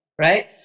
right